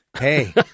Hey